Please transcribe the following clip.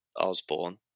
Osborne